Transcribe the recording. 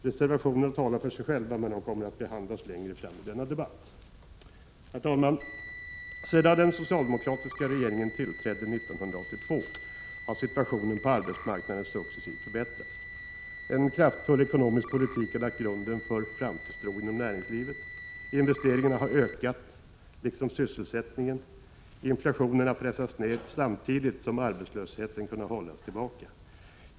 Reservationerna talar för sig själva, men de kommer att behandlas längre fram i debatten. Herr talman! Sedan den socialdemokratiska regeringen tillträdde 1982 har situationen på arbetsmarknaden successivt förbättrats. En kraftfull ekonomisk politik har lagt grunden för framtidstro inom näringslivet. Investeringarna har ökat, liksom sysselsättningen. Inflationen har pressats ned, samtidigt som arbetslösheten kunnat hållas tillbaka.